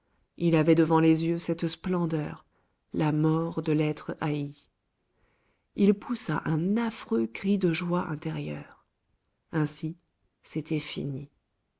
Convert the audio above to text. il avait devant les yeux cette splendeur la mort de l'être haï il poussa un affreux cri de joie intérieure ainsi c'était fini